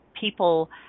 people